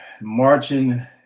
marching